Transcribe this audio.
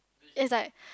is like